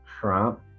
Trump